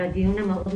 על הדיון המשמעותי.